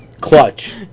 clutch